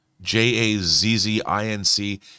J-A-Z-Z-I-N-C